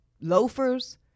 loafers